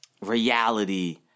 reality